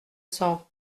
cent